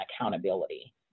accountability